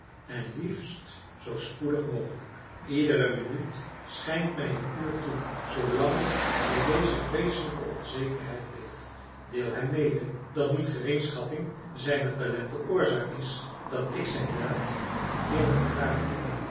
en liefst zoo spoedig mogelijk iedere minuut schijnt mij een uur toe zoolang ik in deze vreeselijke onzekerheid leef deel hem mede dat niet geringschatting zijner talenten oorzaak is dat ik zijn raad niet eerder gevraagd heb